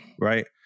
right